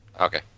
Okay